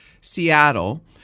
Seattle